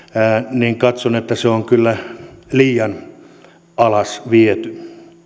niin katson että se on kyllä liian alas viety